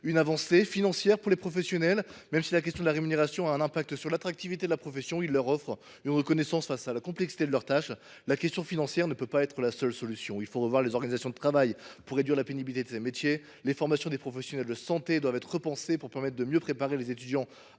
une avancée financière pour les professionnels. Mais si la question de la rémunération a un impact sur l’attractivité de la profession, car elle offre une reconnaissance face à la complexité de leur tâche, elle ne saurait être la seule solution. Il faut revoir les organisations de travail pour réduire la pénibilité de ces métiers. La formation des professionnels de santé doit être repensée pour mieux préparer les étudiants